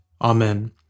Amen